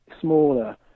smaller